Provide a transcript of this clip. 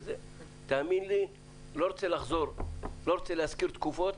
אני לא רוצה להזכיר תקופות